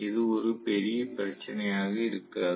இது ஒரு பிரச்சனையாக இருக்காது